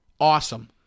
Awesome